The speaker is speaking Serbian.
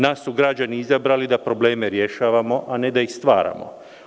Nas su građani izabrali da probleme rješavamo, a ne da ih stvaramo.